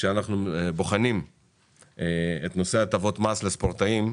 שכשאנחנו בוחנים את נושא הטבות מס לספורטאים,